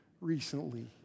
recently